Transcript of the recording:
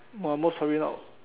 !wah! most probably not